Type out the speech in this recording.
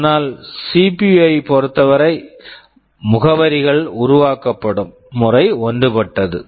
ஆனால் CPU CPU ஐப் பொறுத்தவரை முகவரிகள் உருவாக்கப்படும் முறை ஒன்றுபட்டது